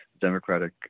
democratic